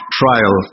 trial